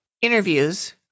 interviews